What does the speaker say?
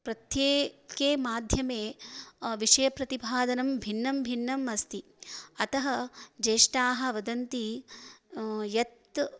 प्रत्येकस्मि्न माध्यमे विषयप्रतिपादनं भिन्नं भिन्नम् अस्ति अतः ज्येष्ठाः वदन्ति यत्